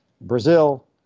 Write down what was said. Brazil